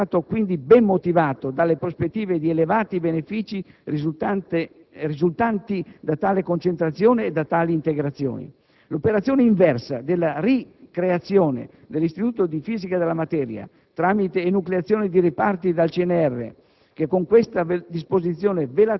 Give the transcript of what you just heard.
L'accorpamento in questione è stato quindi ben motivato dalle prospettive di elevati benefici risultanti da tale concentrazione e da tali integrazioni. L'operazione inversa della ricreazione dell'Istituto di fisica della materia, tramite enucleazione di reparti dal CNR,